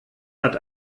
hat